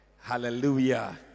Hallelujah